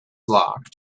locked